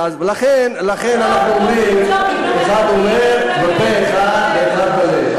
לכן אנחנו אומרים: אחד אומר בפה ואחד בלב.